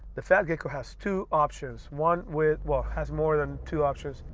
the fat gecko has two options one with well has more than two options,